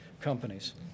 companies